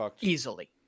easily